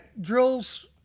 drills